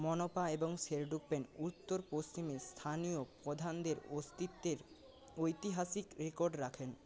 মনপা এবং শেরডুকপেন উত্তর পশ্চিমে স্থানীয় প্রধানদের অস্তিত্বের ঐতিহাসিক রেকর্ড রাখেন